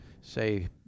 Say